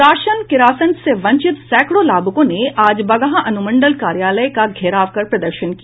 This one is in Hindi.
राशन किरासन से वंचित सैंकड़ों लाभुकों ने आज बगहा अनुमंडल कार्यालय का घेराव कर प्रदर्शन किया